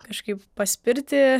kažkaip paspirti